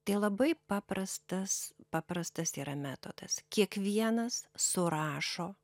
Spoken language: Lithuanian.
tai labai paprastas paprastas yra metodas kiekvienas surašo